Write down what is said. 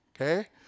okay